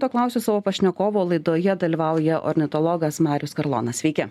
to klausiu savo pašnekovo laidoje dalyvauja ornitologas marius karlonas sveiki